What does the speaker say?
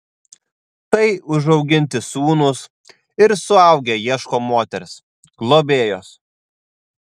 tai užauginti sūnūs ir suaugę ieško moters globėjos